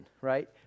right